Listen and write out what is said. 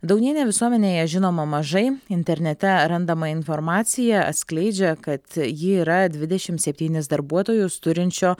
daunienė visuomenėje žinoma mažai internete randama informacija atskleidžia kad ji yra dvidešimt septynis darbuotojus turinčio